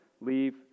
Leave